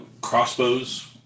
crossbows